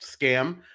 scam